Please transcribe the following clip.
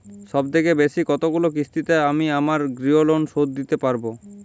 সবথেকে বেশী কতগুলো কিস্তিতে আমি আমার গৃহলোন শোধ দিতে পারব?